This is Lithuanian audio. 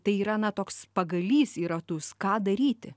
tai yra na toks pagalys į ratus ką daryti